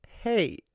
hey